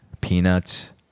peanuts